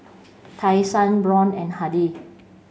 Tai Sun Braun and Hardy